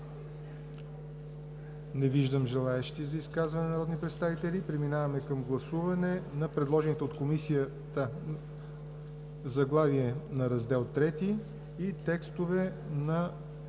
Не виждам желаещи за изказване народни представители. Преминаваме към гласуване на предложените от Комисията заглавие на Раздел III и текстовете на